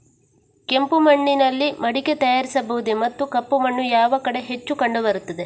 ಕೆಂಪು ಮಣ್ಣಿನಲ್ಲಿ ಮಡಿಕೆ ತಯಾರಿಸಬಹುದೇ ಮತ್ತು ಕಪ್ಪು ಮಣ್ಣು ಯಾವ ಕಡೆ ಹೆಚ್ಚು ಕಂಡುಬರುತ್ತದೆ?